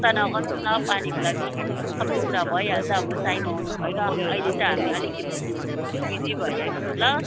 चिन्ता नगर्नुहोस् न पानीको लागि सबै कुरा भइहाल्छ अब टाइम आउनुपर्छ अहिले चाहिँ हामी अलिकति बिजी भइरहेको छौँ ल